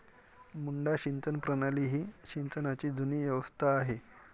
मुड्डा सिंचन प्रणाली ही सिंचनाची जुनी व्यवस्था आहे